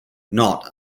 not